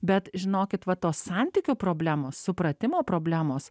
bet žinokit va tos santykių problemos supratimo problemos